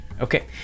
Okay